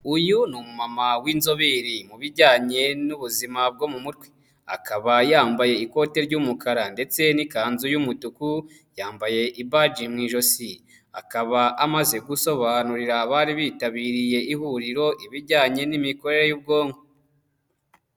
Uyu ni umumama w'inzobere mu bijyanye n'ubuzima bwo mu mutwe, akaba yambaye ikote ry'umukara ndetse n'ikanzu y'umutuku, yambaye ibaji mu ijosi, akaba amaze gusobanurira abari bitabiriye ihuriro ibijyanye n'imikorere y'ubwonko.